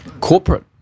Corporate